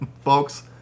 Folks